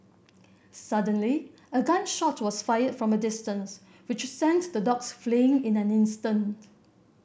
suddenly a gun shot was fired from a distance which sent the dogs fleeing in an instant